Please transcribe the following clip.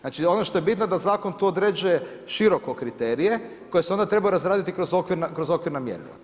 Znači, ono što je bitno da zakon tu određuje široko kriterije koji se onda trebaju razraditi kroz okvirna mjerila.